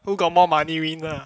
who got more money win lah